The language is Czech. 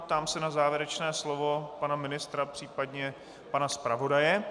Ptám se na závěrečné slovo pana ministra, případně pana zpravodaje.